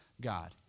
God